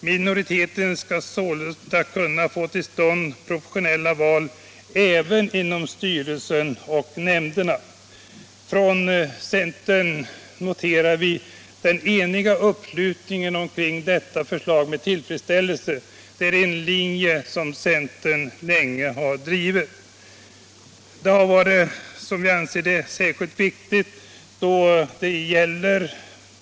Minoriteten skall sålunda: kunna få till stånd proportionella val även inom styrelsen och nämnderna. Från centern noterar vi med tillfredsställelse den eniga uppslutningen kring detta förslag.